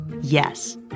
Yes